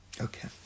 Okay